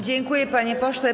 Dziękuję, panie pośle.